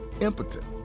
impotent